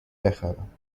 بخرم